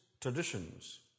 traditions